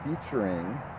featuring